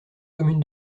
commune